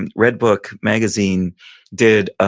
and redbook magazine did